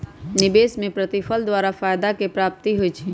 निवेश में प्रतिफल द्वारा फयदा के प्राप्ति होइ छइ